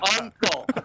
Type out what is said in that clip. uncle